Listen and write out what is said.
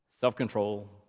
self-control